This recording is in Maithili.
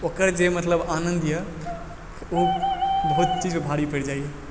ओकर जे मतलब आनन्द यऽ ओ बहुत चीजपर भाड़ी पड़ि जाइए